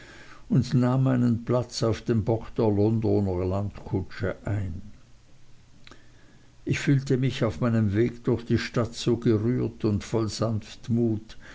und nahm meinen platz auf dem bock der londoner landkutsche ein ich fühlte mich auf meinem wege durch die stadt so gerührt und voll sanftmut